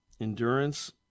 endurance